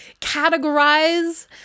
categorize